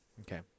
Okay